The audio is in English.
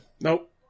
Nope